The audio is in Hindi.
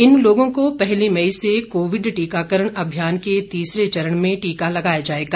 इन लोगों को पहली मई से कोविड टीकाकरण अभियान के तीसरे चरण में टीका लगाया जाएगा